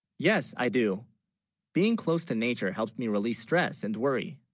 yes i do being close to nature helped, me release, stress and worry